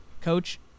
coach